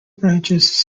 branches